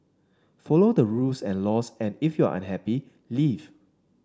follow the rules and laws and if you're unhappy leave